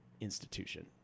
institution